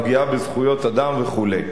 פגיעה בזכויות אדם וכו'.